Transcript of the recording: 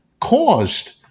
caused